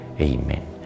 Amen